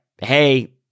Hey